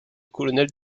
colonel